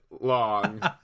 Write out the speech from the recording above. long